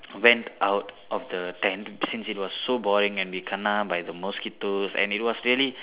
went out of the tent since it was so boring and we kena by the mosquitoes and it was really